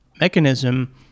mechanism